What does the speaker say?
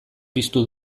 piztu